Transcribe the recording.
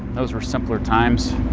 those were simpler times.